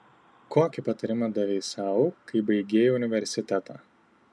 kokį patarimą davei sau kai baigei universitetą